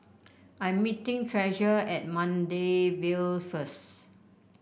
I'm meeting Treasure at Maida Vale first